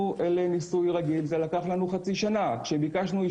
לעומת מחקר רק CBD ואתה עובר מבחינת כל המערכת